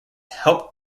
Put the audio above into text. helped